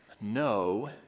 No